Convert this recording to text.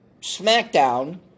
SmackDown